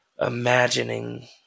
imagining